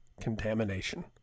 Contamination